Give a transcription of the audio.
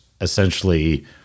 essentially